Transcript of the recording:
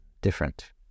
Different